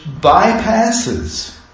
bypasses